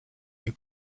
you